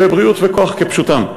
ובריאות וכוח כפשוטם.